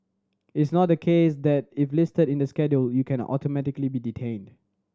it's not the case that if listed in the schedule you can automatically be detained